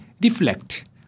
reflect